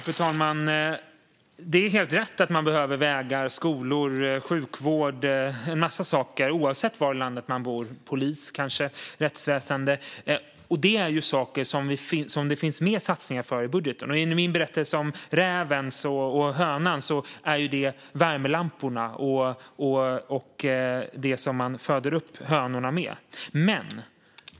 Fru talman! Det är helt rätt att man behöver vägar, skolor, sjukvård, polis, rättsväsen och en massa saker oavsett var i landet man bor. Detta är saker som det finns satsningar på i budgeten. I min berättelse om räven och hönan är detta värmelamporna och det som man föder upp hönorna med.